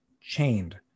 chained